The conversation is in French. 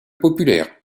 populaires